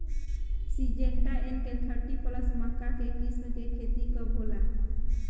Syngenta NK thirty plus मक्का के किस्म के खेती कब होला?